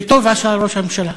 וטוב עשה ראש הממשלה,